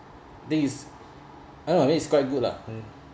I think is one for me is quite good lah